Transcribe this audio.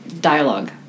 dialogue